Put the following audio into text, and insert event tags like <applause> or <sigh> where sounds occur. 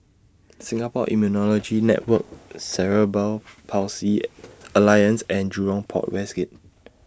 Singapore Immunology Network Cerebral Palsy <noise> Alliance and Jurong Port West Gate